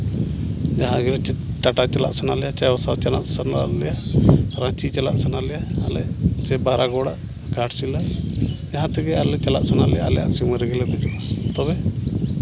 ᱡᱟᱦᱟᱸ ᱜᱮ ᱴᱟᱴᱟ ᱪᱟᱞᱟᱜ ᱥᱟᱱᱟᱞᱮᱭᱟ ᱪᱟᱭᱵᱟᱥᱟ ᱪᱟᱞᱟᱜ ᱥᱟᱱᱟ ᱞᱮᱭᱟ ᱨᱟᱺᱪᱤ ᱪᱟᱞᱟᱜ ᱥᱟᱱᱟ ᱞᱮᱭᱟ ᱟᱞᱮ ᱯᱷᱤᱨ ᱵᱟᱦᱨᱟ ᱜᱚᱲᱟ ᱜᱷᱟᱴᱥᱤᱞᱟᱹ ᱡᱟᱦᱟᱸ ᱛᱮᱜᱮ ᱟᱞᱮ ᱪᱟᱞᱟᱜ ᱥᱟᱱᱟᱞᱮᱭᱟ ᱟᱞᱮᱭᱟᱜ ᱥᱤᱢᱟᱹ ᱨᱮᱜᱮ ᱞᱮ ᱫᱮᱡᱚᱜᱼᱟ ᱛᱚᱵᱮ